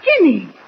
Jimmy